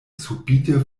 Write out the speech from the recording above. subite